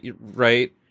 right